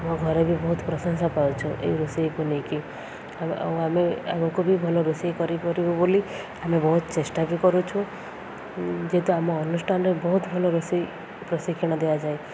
ଆମ ଘରେ ବି ବହୁତ ପ୍ରଶଂସା ପାଉଛୁ ଏଇ ରୋଷେଇକୁ ନେଇକି ଆଉ ଆମେ ଆମକୁ ବି ଭଲ ରୋଷେଇ କରିପାରିବୁ ବୋଲି ଆମେ ବହୁତ ଚେଷ୍ଟା ବି କରୁଛୁ ଯେହେତୁ ଆମ ଅନୁଷ୍ଠାନରେ ବହୁତ ଭଲ ରୋଷେଇ ପ୍ରଶିକ୍ଷଣ ଦିଆଯାଏ